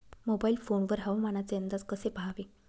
Mobile phone वर हवामानाचे अंदाज कसे पहावे?